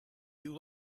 you